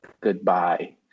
goodbye